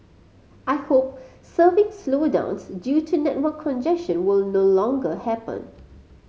I hope surfing slowdowns due to network congestion will no longer happen